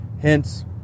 Hence